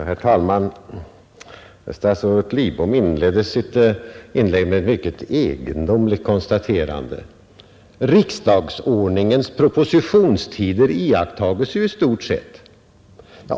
Herr talman! Statsrådet Lidbom inledde sitt inlägg med ett mycket egendomligt konstaterande: Riksdagsordningens propositionstider iakttas i stort sett!